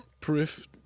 proof